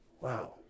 Wow